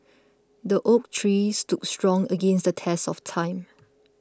the oak tree stood strong against the test of time